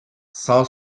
cent